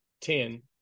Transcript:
ten